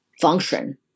function